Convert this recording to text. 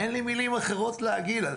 אין לי מילים אחרות להגיד.